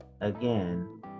again